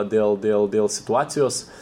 dėl dėl dėl situacijos